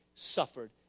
suffered